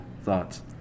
thoughts